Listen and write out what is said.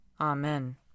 Amen